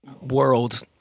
World